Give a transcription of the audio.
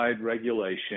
regulation